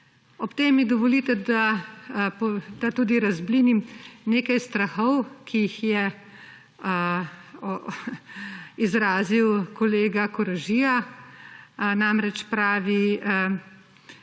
Ob tem mi dovolite, da tudi razblinim nekaj strahov, ki jih je izrazil kolega Koražija. Namreč pravi,